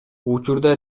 учурда